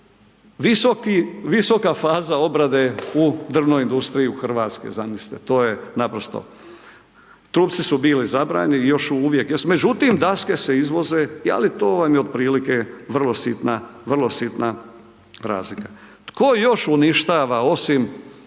visoka faza obrade u drvnoj industriji u Hrvatskoj. Zamislite to je, trupci su bili zabranjeni još uvijek jesu. Međutim, daske se izvoze, ali to vam je otprilike vrlo sitna razlika. Tko još uništava osim,